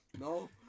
No